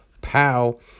pow